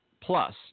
plus